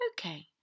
Okay